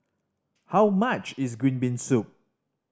how much is green bean soup